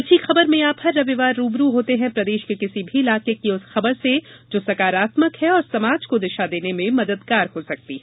अच्छी खबर में आप हर रविवार रूबरू होते हैं प्रदेश के किसी भी इलाके की उस खबर से जो सकारात्मक है और समाज को दिशा देने में मददगार हो सकती है